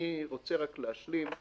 אני רוצה רק להשלים,